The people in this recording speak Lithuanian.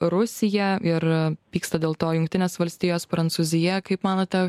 rusija ir pyksta dėl to jungtinės valstijos prancūzija kaip manote